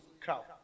Crowd